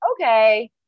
okay –